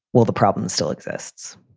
well, the problem still exists.